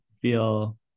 feel